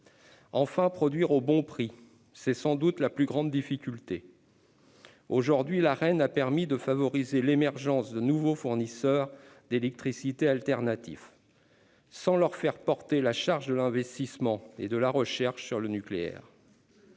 enfin, produire au bon prix : c'est sans doute la plus grande difficulté. L'Arenh a déjà permis de favoriser l'émergence de fournisseurs d'électricité alternatifs, sans leur faire porter la charge de l'investissement et de la recherche sur le nucléaire.